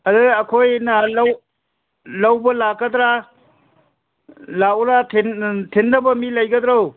ꯑꯗꯨ ꯑꯩꯈꯣꯏꯅ ꯂꯧꯕ ꯂꯥꯛꯀꯗ꯭ꯔꯥ ꯂꯥꯛꯎꯔꯥ ꯊꯤꯟꯅꯕ ꯃꯤ ꯂꯩꯒꯗ꯭ꯔꯣ